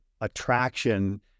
attraction